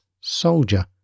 soldier